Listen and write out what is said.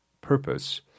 purpose